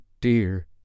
dear